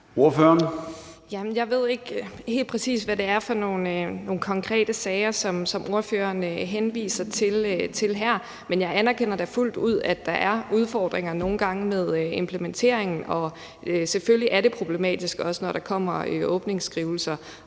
Jeg ved ikke helt præcis, hvad det er for nogle konkrete sager, som ordføreren henviser til her, men jeg anerkender da fuldt ud, at der nogle gange er udfordringer med implementeringen. Og selvfølgelig er det også problematisk, når der kommer åbningsskrivelser